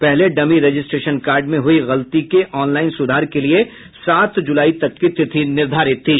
पहले dummy registration card में हुई गलती के ऑनलाईन सुधार के लिए सात जुलाई तक की तिथि निर्धारित थी